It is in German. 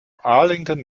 arlington